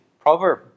proverb